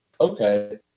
okay